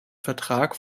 vertrag